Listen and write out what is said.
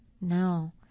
no